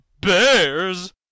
bears